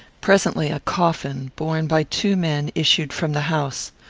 presently a coffin, borne by two men, issued from the house.